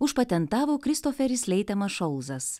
užpatentavo kristoferis leitemas šolzas